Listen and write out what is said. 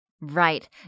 Right